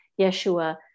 Yeshua